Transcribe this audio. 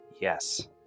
Yes